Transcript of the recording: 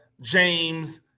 James